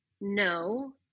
no